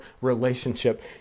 relationship